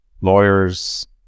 lawyers